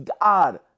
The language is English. God